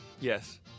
Yes